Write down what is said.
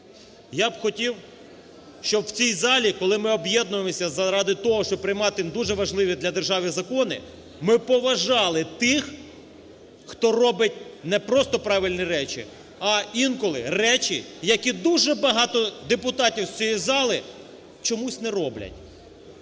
я б хотів, щоб в цій залі, коли ми об'єднуємося заради того, щоб приймати дуже важливі для держави закони, ми поважали тих, хто робить не просто правильні речі, а інколи речі, які дуже багато депутатів з цієї зали чомусь не роблять: